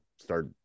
start